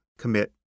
commit